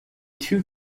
two